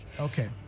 Okay